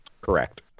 Correct